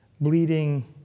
bleeding